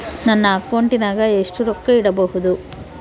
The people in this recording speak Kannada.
ನನ್ನ ಅಕೌಂಟಿನಾಗ ಎಷ್ಟು ರೊಕ್ಕ ಇಡಬಹುದು?